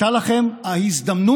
הייתה לכם ההזדמנות